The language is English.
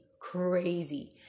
Crazy